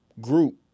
group